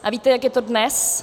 A víte, jak je to dnes?